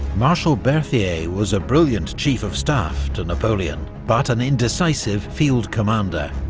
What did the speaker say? marshal berthier was a brilliant chief-of-staff to napoleon, but an indecisive field commander.